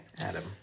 Adam